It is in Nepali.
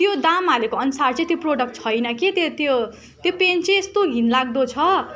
त्यो दाम हालेको अनुसार चाहिँ त्यो प्रडक्ट छैन के त त्यो त्यो प्यान्ट चाहिँ यस्तो घिनलाग्दो छ